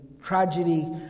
tragedy